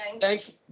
Thanks